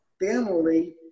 family